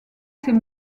ces